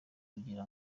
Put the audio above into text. kugira